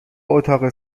اتاق